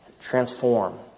Transform